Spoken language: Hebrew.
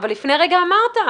אבל לפני רגע אמרת.